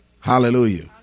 Hallelujah